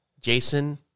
Jason